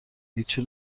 هیچی